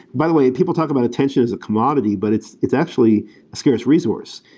by the way, people talk about attention as a commodity, but it's it's actually scarce resource.